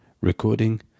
Recording